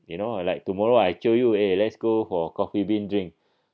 you know like tomorrow I tell you eh let's go for coffee bean drink